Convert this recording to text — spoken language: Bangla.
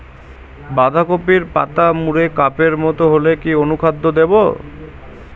বাঁধাকপির পাতা মুড়ে কাপের মতো হলে কি অনুখাদ্য দেবো?